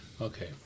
Okay